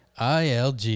ilg